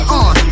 on